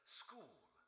school